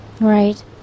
Right